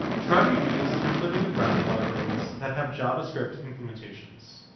try to use templating and routing libraries that have javascript implementations.